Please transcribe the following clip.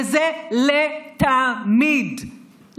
וזה לתמיד,